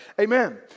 Amen